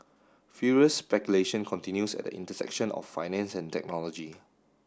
furious speculation continues at the intersection of finance and technology